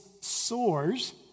soars